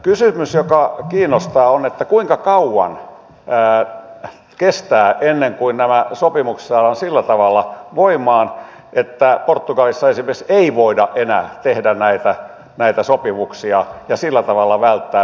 kysymys joka kiinnostaa on kuinka kauan kestää ennen kuin nämä sopimukset saadaan sillä tavalla voimaan että portugalissa esimerkiksi ei voida enää tehdä näitä sopimuksia ja sillä tavalla välttää verotusta